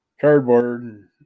cardboard